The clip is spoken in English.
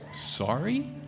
Sorry